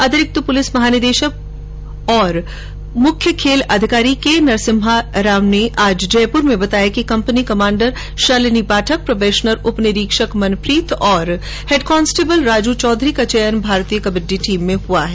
अतिरिक्त पुलिस महानिदेशक पुलिस और मुख्य खेल अधिकारी के नरसिम्हा राम ने आज जयपुर मे ँ बताया कि company commander Shalini Pathak probationer उपनिरीक्षण मनप्रीत और हैड कॉन्स्टेबल राजू चौधरी का चयन भारतीय कबड्डी टीम में हुआ है